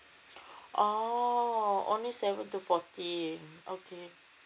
orh only seven two fourteen okay